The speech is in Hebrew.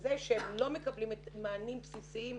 זה שהם לא מקבלים מענים בסיסיים,